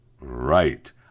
Right